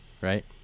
right